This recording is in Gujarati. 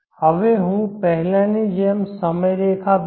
હવે હું પહેલાંની જેમ સમય રેખા દોરો